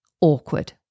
awkward